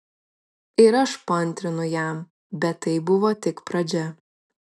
ir aš paantrinau jam bet tai buvo tik pradžia